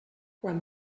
quan